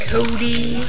Cody